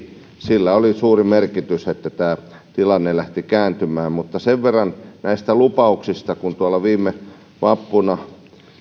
tekivät sillä oli suuri merkitys että tämä tilanne lähti kääntymään mutta sen verran näistä lupauksista että tuolla viime vappuna